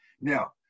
Now